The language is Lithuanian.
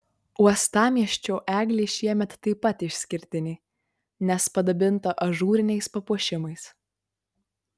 uostamiesčio eglė šiemet taip pat išskirtinė nes padabinta ažūriniais papuošimais